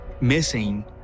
missing